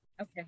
Okay